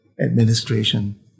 administration